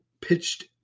pitched